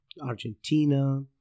Argentina